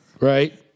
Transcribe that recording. Right